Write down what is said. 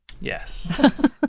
Yes